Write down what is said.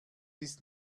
ist